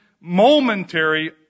momentary